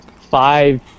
five